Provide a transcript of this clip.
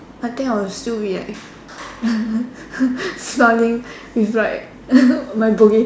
but think I will still be like smiling with like my bo geh